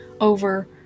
over